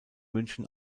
münchen